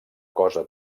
cosa